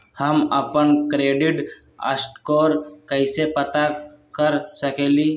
हम अपन credit score कैसे पता कर सकेली?